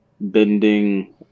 bending